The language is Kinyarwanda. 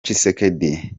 tshisekedi